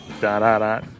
da-da-da